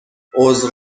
عذر